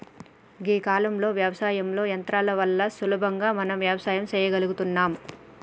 గీ కాలంలో యవసాయంలో యంత్రాల వల్ల సులువుగా మనం వ్యవసాయం సెయ్యగలుగుతున్నం